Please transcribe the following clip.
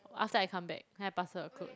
after I come back then I pass her clothes